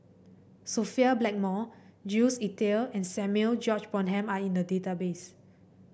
Sophia Blackmore Jules Itier and Samuel George Bonham are in the database